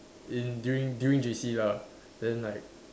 in during during J_C lah then like